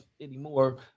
anymore